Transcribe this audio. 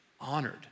honored